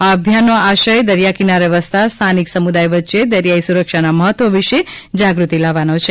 આ અભિયાનનો આશય દરિયાકિનારે વસતા સ્થાનિક સમુદાય વચ્ચે દરિયાઈ સુરક્ષાનાં મહત્ત્વ વિશે જાગૃતિ લાવવાનો છે